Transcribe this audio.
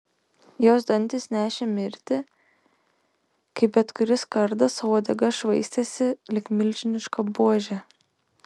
jos dantys nešė mirtį kaip bet kuris kardas o uodega švaistėsi lyg milžiniška buožė